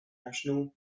national